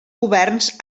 governs